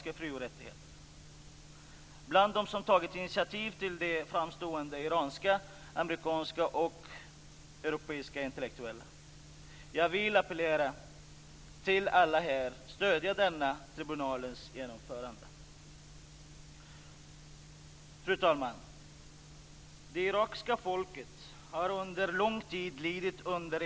Men demokrati som styrelseform är ingen garanti för att inga rättigheter kränks. Å andra sidan finns det odemokratiska stater som respekterar en del av rättigheterna. Fru talman! Alla rättigheter är lika viktiga. Det går inte att välja ut dem som just för ögonblicket faller på läppen och strunta i de andra.